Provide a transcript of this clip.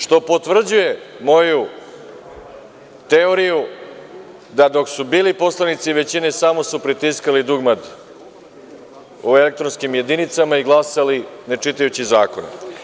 Što potvrđuje moju teoriju da, dok su bili poslanice većine samo su pritiskali dugmad u elektronskim jedinicama i glasali, ne čitajući zakon.